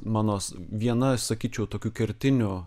mano viena sakyčiau tokių kertinių